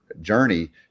journey